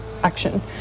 action